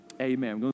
Amen